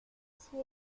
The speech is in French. s’il